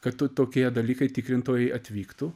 kad tokie dalykai tikrintojai atvyktų